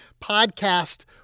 podcast